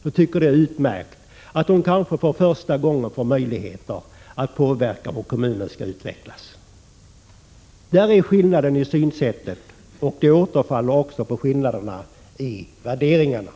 De tycker att det är utomordentligt att de kanske för första gången får möjligheter att påverka hur kommunen skall utvecklas. Där kommer en skillnad i synsättet fram, och den återkommer också som en skillnad i värderingarna.